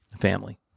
family